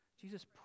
Jesus